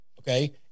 Okay